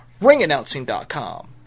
ringannouncing.com